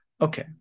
Okay